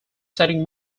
setting